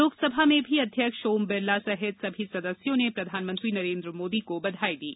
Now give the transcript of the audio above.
लोकसभा में भी अध्यक्ष ओम बिरला सहित सभी सदस्यों ने प्रधानमंत्री नरेन्द्र मोदी को बधाई दी है